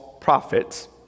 prophets